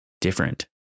different